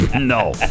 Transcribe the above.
No